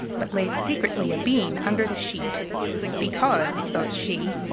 but laid secretly a bean under the sheet because, thought she,